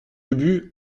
ubu